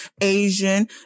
asian